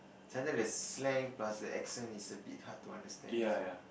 sometime the slang plus the accent is a bit hard to understand also